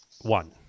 One